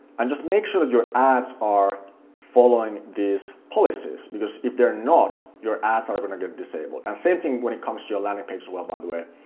and just make sure that your ads are following these policies, because if they're not, your ads are gonna get disabled, and same thing when it comes to your landing page as well by the way.